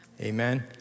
amen